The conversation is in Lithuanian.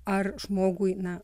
ar žmogui na